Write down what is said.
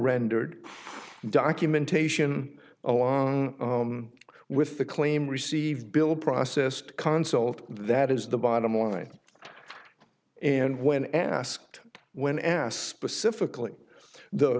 rendered documentation along with the claim received bill processed consulate that is the bottom line and when asked when asked specifically the